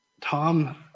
Tom